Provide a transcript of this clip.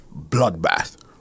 Bloodbath